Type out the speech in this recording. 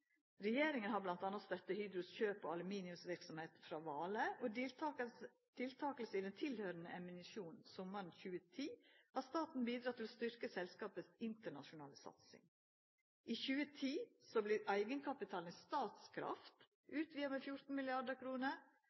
Regjeringa har bl.a. støtta Hydros kjøp av aluminiumsverksemd frå Vale, og ved deltaking i den tilhøyrande emisjonen sommaren 2010 har staten bidrege til å styrkja selskapet si internasjonale satsing. I 2010 vart eigenkapitalen i Statkraft SF utvida med 14